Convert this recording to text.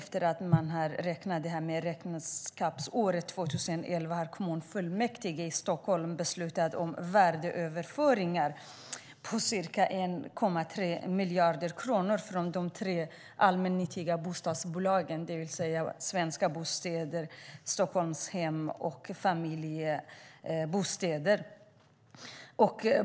För räkenskapsåret 2011 har kommunfullmäktige i Stockholm beslutat om värdeöverföringar på ca 1,3 miljarder kronor från de tre allmännyttiga bostadsbolagen: Svenska Bostäder, Stockholmshem och Familjbostäder.